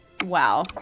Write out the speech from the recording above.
Wow